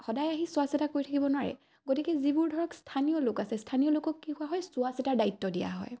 সদায় আহি চোৱা চিতা কৰি থাকিব নোৱাৰে গতিকে যিবোৰ ধৰক স্থানীয় লোক আছে স্থানীয় লোকক কি কোৱা হয় চোৱা চিতাৰ দায়িত্ব দিয়া হয়